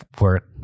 work